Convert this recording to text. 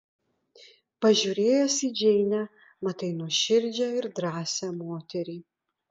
pažiūrėjęs į džeinę matai nuoširdžią ir drąsią moterį